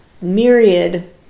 myriad